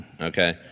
okay